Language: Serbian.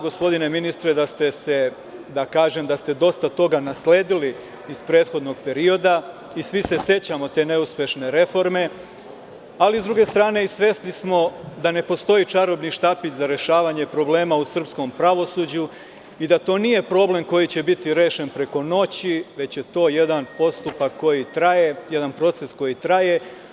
Gospodine ministre, znamo da ste dosta toga nasledili iz prethodnog perioda i svi se sećamo te neuspešne reforme, ali, s druge strane, svesni smo i da ne postoji čarobni štapić za rešavanje problema u srpskom pravosuđu i da to nije problem koji će biti rešen preko noći, već je to jedan postupak i proces koji traje.